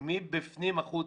מבפנים החוצה.